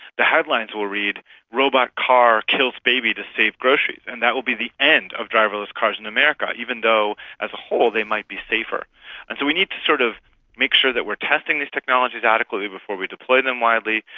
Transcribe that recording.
the headlines will read robot car kills baby to save groceries, and that will be the end of driverless cars in america, even though as a whole they might be safer. and so we need to sort of make sure that we are testing these technologies adequately before we deploy them widely.